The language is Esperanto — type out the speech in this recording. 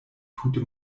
tute